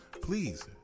please